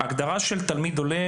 הגדרה של תלמיד עולה,